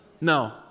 No